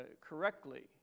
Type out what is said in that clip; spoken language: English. correctly